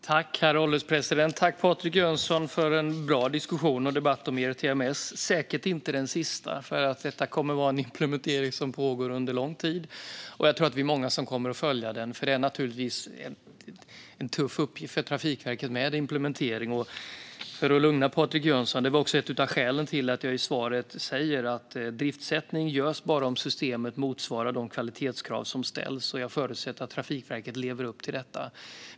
Herr ålderspresident! Tack, Patrik Jönsson, för en bra diskussion och debatt om ERTMS! Det är säkert inte den sista, för detta kommer att vara en implementering som pågår under lång tid. Jag tror att vi är många som kommer att följa den. Det är naturligtvis en tuff uppgift för Trafikverket med implementering. För att lugna Patrik Jönsson kan jag säga att detta var ett av skälen till att jag i svaret säger att driftssättning bara görs om systemet motsvarar de kvalitetskrav som ställs. Jag förutsätter att Trafikverket lever upp till detta.